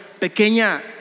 pequeña